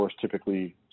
typically